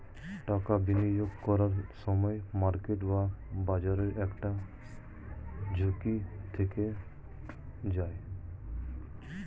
টাকা বিনিয়োগ করার সময় মার্কেট বা বাজারের একটা ঝুঁকি থেকে যায়